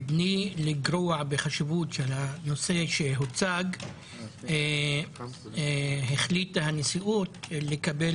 מבלי לגרוע מחשיבות הנושא שהוצג החליטה הנשיאות לקבל